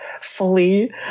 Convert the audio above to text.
fully